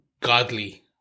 godly